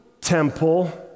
temple